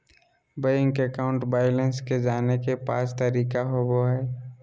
bank account balance के जाने के पांच तरीका होबो हइ